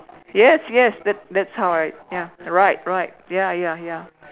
yes yes that's that's how I ya right right ya ya ya